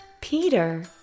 Peter